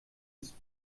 ist